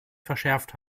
verschärft